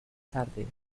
tarde